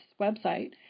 website